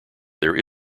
there